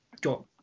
got